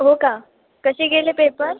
हो का कसे गेले पेपर